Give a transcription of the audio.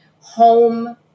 home